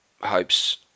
hopes